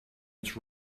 its